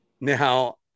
Now